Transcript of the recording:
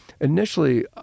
initially